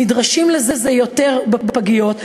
נדרשים לזה יותר בפגיות,